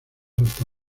hasta